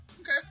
Okay